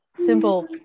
simple